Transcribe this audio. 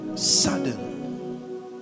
sudden